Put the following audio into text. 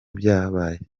byabaye